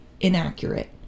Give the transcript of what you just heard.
inaccurate